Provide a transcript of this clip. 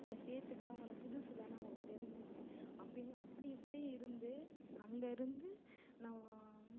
என்னை சேர்த்துக்கல அவங்க புதுசுதானே அவங்க தெரிஞ்சிக்கலை அப்போயே அப்படி இப்படி இருந்து அங்கே இருந்து நான்